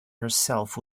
herself